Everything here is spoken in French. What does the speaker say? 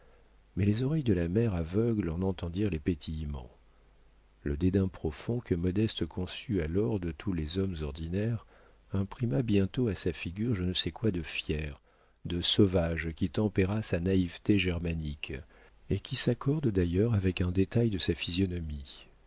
mais les oreilles de la mère aveugle en entendirent les petillements le dédain profond que modeste conçut alors de tous les hommes ordinaires imprima bientôt à sa figure je ne sais quoi de fier de sauvage qui tempéra sa naïveté germanique et qui s'accorde d'ailleurs avec un détail de sa physionomie